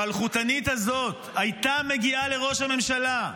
שהאלחוטנית הזאת הייתה מגיעה לראש הממשלה,